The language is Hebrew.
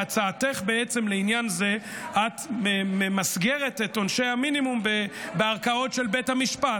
בהצעתך בעניין זה את ממסגרת את עונשי המינימום בערכאות של בית המשפט.